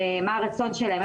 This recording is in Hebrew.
מה הרצון שלהם,